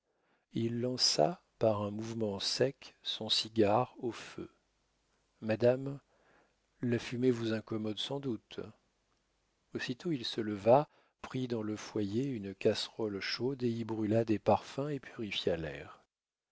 il lança par un mouvement sec son cigare au feu madame la fumée vous incommode sans doute aussitôt il se leva prit dans le foyer une cassolette chaude y brûla des parfums et purifia l'air